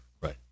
Right